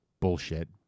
bullshit